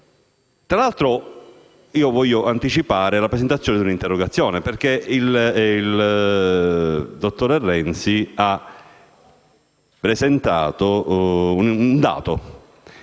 Tra l'altro, voglio anticipare la presentazione di una interrogazione, perché il dottor Renzi ha presentato un dato: